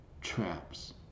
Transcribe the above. traps